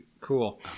Cool